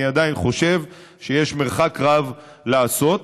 אני עדיין חושב שיש מרחק רב לעשות.